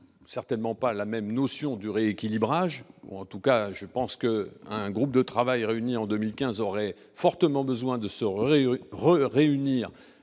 certainement pas la même notion du rééquilibrage. Un groupe de travail réuni en 2015 aurait fortement besoin de se réunir